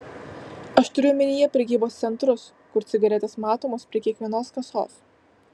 aš turiu omenyje prekybos centrus kur cigaretės matomos prie kiekvienos kasos